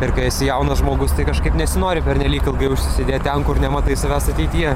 ir kai esi jaunas žmogus tai kažkaip nesinori pernelyg ilgai užsisėdėti ten kur nematai savęs ateityje